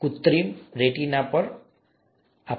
આ કૃત્રિમ રેટિના પર છે ઠીક છે